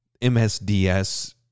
MSDS